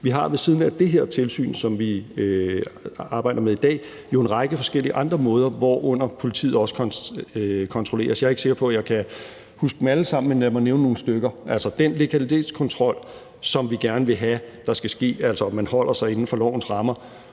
i udvalgsbehandlingen – tilsyn, som vi arbejder med i dag, jo en række forskellige andre måder, hvorunder politiet også kontrolleres, og jeg er ikke sikker på, at jeg kan huske dem alle sammen, men lad mig nævne nogle stykker: Den legalitetskontrol, som vi gerne vil have der skal ske, altså om man holder sig inden for lovens rammer,